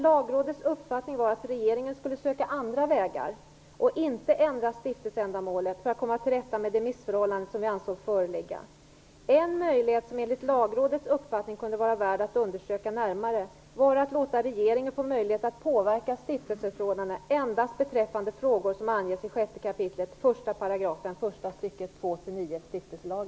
Lagrådets uppfattning var att regeringen skulle söka andra vägar och inte ändra stiftelseändamålet för att komma till rätta med det missförhållande som ansågs föreligga. En möjlighet som enligt Lagrådets uppfattning kunde vara värd att undersöka närmare var att låta regeringen få möjlighet att påverka stiftelseförordnandena endast beträffande frågor som anges i 6 kap.